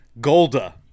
Golda